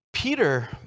Peter